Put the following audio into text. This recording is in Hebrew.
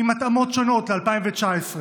עם התאמות שונות ל-2019.